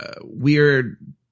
weird